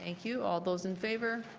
thank you. all those in favor?